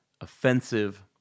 offensive